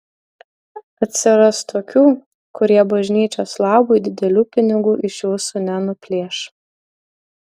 atsiras tokių kurie bažnyčios labui didelių pinigų iš jūsų nenuplėš